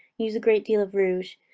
use a great deal of rouge.